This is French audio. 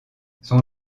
son